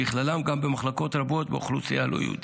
ובכללם גם במחלקות רבות עם אוכלוסייה לא יהודית.